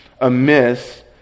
amiss